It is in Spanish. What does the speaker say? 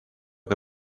que